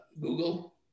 Google